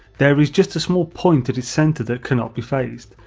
there is just a small point at it's center that cannot be phased,